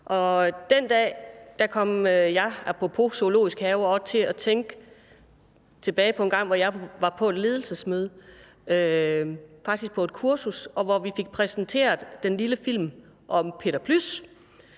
til at tænke tilbage på engang, da jeg var på et ledelsesmøde, faktisk på et kursus, hvor vi fik præsenteret den lille film om Peter Plys.